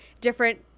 different